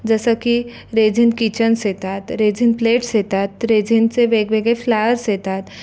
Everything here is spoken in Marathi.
जसं की रेझीन किचन्स येतात रेझीन प्लेट्स येतात रेझीनचे वेगवेगळे फ्लाअर्स येतात